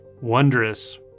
wondrous